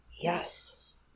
yes